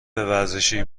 ورزشی